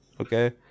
Okay